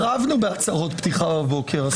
כבר התברכנו בהצהרות פתיחה בבוקר.